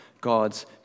God's